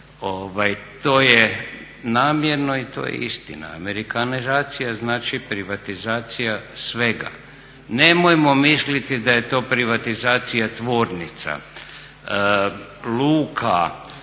To je namjerno i to je istina. Amerikanizacija znači privatizacija svega. Nemojmo misliti da je to privatizacija tvornica, luka,